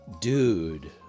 dude